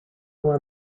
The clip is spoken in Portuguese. uma